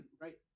Right